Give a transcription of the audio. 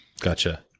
Gotcha